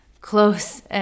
close